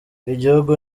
igihugu